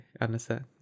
Understand